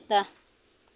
ᱥᱮᱛᱟ